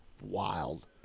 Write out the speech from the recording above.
wild